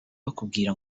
bakubwira